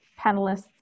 panelists